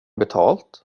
betalt